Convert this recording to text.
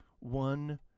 One